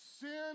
sin